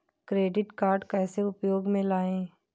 Credit card कैसे उपयोग में लाएँ?